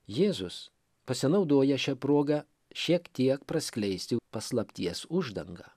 jėzus pasinaudoja šia proga šiek tiek praskleisti paslapties uždangą